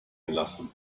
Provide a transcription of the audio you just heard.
gelassen